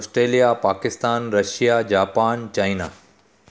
Australia Pakistan Russia Japan China